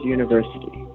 University